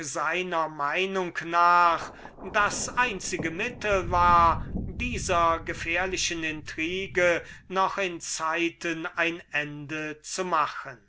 seiner meinung nach das unfehlbarste mittel war dieser gefährlichen intrigue noch in zeiten ein ende zu machen